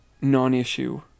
non-issue